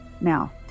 Now